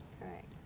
Correct